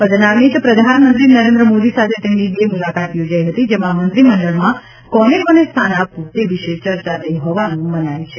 પદનામિત પ્રધાનમંત્રી નરેન્દ્ર મોદી સાથે તેમની બે મુલાકાત યોજાઈ હતી જેમાં મંત્રીમંડળમાં કોને કોને સ્થાન આપવું તે વિશે ચર્ચા થઈ હોવાનું મનાય છે